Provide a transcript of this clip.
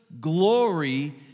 glory